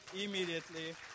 Immediately